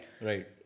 right